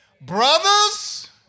Brothers